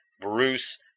Bruce